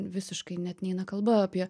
visiškai net neina kalba apie